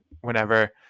Whenever